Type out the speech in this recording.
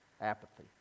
Apathy